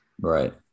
Right